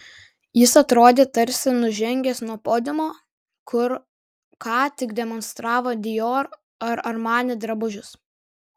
jis atrodė tarsi nužengęs nuo podiumo kur ką tik demonstravo dior ar armani drabužius